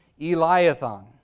Eliathan